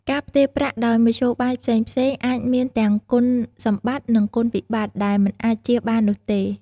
ការផ្ទេរប្រាក់ដោយមធ្យោបាយផ្សេងៗ អាចមានទាំងគុណសម្បត្តិនិងគុណវិបត្តិដែលមិនអាចចៀសបាននោះទេ។